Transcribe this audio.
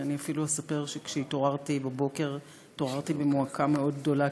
ואפילו אספר שכשהתעוררתי בבוקר התעוררתי עם מועקה מאוד גדולה,